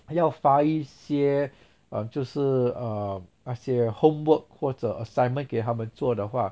要发一些 um 就是 um 那些 homework 或者 assignment 给他们做的话